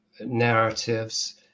narratives